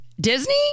Disney